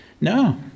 No